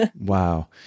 Wow